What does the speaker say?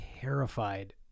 terrified